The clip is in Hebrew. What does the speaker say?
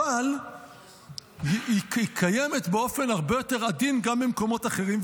אבל היא קיימת באופן הרבה יותר עדין גם במקומות אחרים,